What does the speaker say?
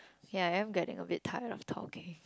kay I am getting a bit tired of talking